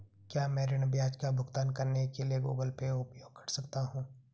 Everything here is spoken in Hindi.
क्या मैं ऋण ब्याज का भुगतान करने के लिए गूगल पे उपयोग कर सकता हूं?